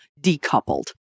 decoupled